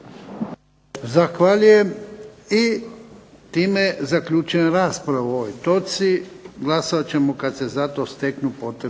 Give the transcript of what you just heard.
Zahvaljujem. I time zaključujem raspravu o ovoj točki. Glasovat ćemo kad se za to steknu potrebni